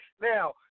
Now